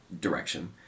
direction